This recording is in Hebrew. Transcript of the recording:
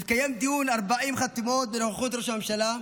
התקיים דיון 40 חתימות בנוכחות ראש הממשלה.